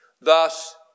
Thus